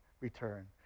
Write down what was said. return